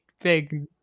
big